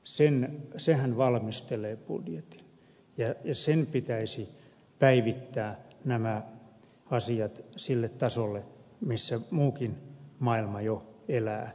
sehän valmistelee budjetin ja sen pitäisi päivittää nämä asiat sille tasolle millä muukin maailma jo elää